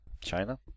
China